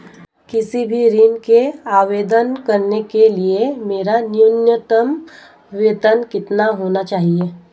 किसी भी ऋण के आवेदन करने के लिए मेरा न्यूनतम वेतन कितना होना चाहिए?